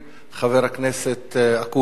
חבר הכנסת אקוניס.